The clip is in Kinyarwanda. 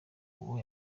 uwo